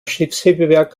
schiffshebewerk